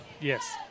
Yes